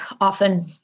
often